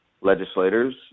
legislators